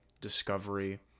discovery